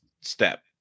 step